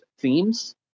themes